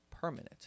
permanent